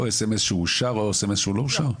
או סמס שאושר או סמס שלא אושר?